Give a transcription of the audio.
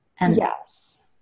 Yes